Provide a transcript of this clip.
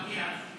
מגיע לך.